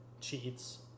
Cheats